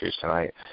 tonight